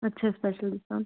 अच्छा special discount